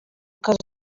kazi